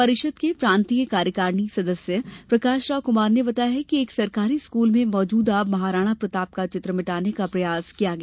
परिषद के प्रांतीय कार्यकारिणी सदस्य प्रकाश राव कुमार ने बताया कि एक सरकारी स्कूल में मौजूद महाराणा प्रताप का चित्र मिटाने का प्रयास किया गया